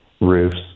roofs